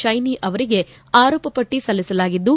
ಸೈನಿ ಅವರಿಗೆ ಆರೋಪ ಪಟ್ಟಿ ಸಲ್ಲಿಸಲಾಗಿದ್ದು